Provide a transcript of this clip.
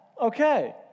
Okay